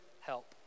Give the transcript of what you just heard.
help